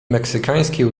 meksykańskie